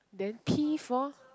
then P for